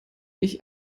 ich